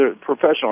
professional